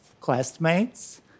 classmates